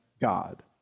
God